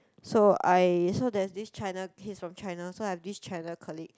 so I so there's this China he's from China so I've this China colleague